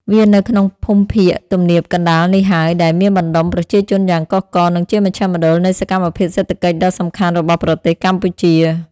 វានៅក្នុងភូមិភាគទំនាបកណ្ដាលនេះហើយ ដែលមានបណ្ដុំប្រជាជនយ៉ាងកុះករ និងជាមជ្ឈមណ្ឌលនៃសកម្មភាពសេដ្ឋកិច្ចដ៏សំខាន់របស់ប្រទេសកម្ពុជា។